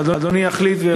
אדוני יחליט ויביא את זה.